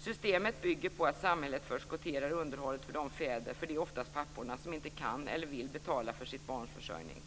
Systemet bygger på att samhället förskotterar underhållet för de fäder - för det är oftast papporna det handlar om - som inte kan eller vill betala för sitt barns försörjning.